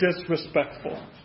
disrespectful